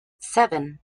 seven